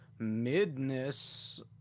Midness